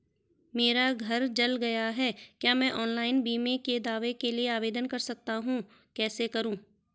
मेरा घर जल गया है क्या मैं ऑनलाइन बीमे के दावे के लिए आवेदन कर सकता हूँ कैसे करूँ?